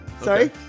sorry